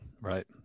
Right